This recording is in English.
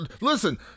listen